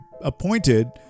appointed